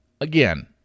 again